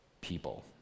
people